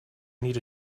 need